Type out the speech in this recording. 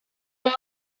all